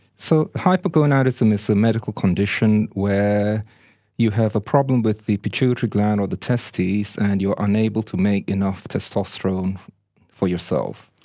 so hypogonadism is a medical condition where you have a problem with the pituitary gland or the testes and you are unable to make enough testosterone for yourself.